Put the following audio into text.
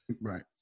Right